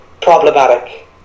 problematic